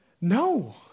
no